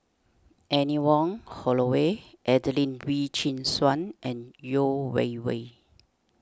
Anne Wong Holloway Adelene Wee Chin Suan and Yeo Wei Wei